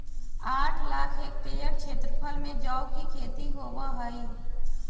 आठ लाख हेक्टेयर क्षेत्रफल में जौ की खेती होव हई